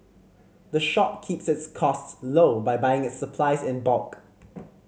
the shop keeps its costs low by buying its supplies in bulk